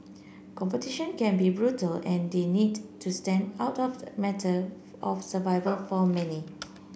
competition can be brutal and the need to stand out of a matter of survival for many